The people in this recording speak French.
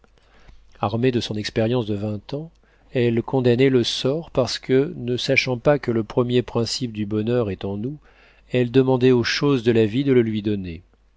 armée de son expérience de vingt ans elle condamnait le sort parce que ne sachant pas que le premier principe du bonheur est en nous elle demandait aux choses de la vie de le lui donner